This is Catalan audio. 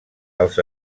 als